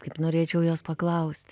kaip norėčiau jos paklaust